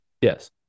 yes